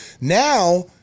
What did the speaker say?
Now